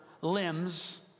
limbs